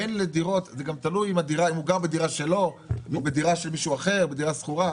זה גם תלוי אם הוא גר בדירה שלו או בדירה של מישהו אחר או בדירה שכורה.